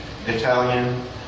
Italian